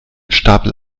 stapel